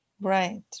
Right